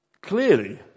clearly